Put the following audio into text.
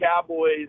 Cowboys